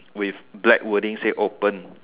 with black wording say open